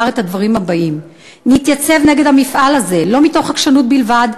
הוא אמר את הדברים הבאים: נתייצב נגד המפעל הזה לא מתוך עקשנות בלבד,